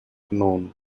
known